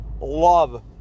love